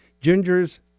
Ginger's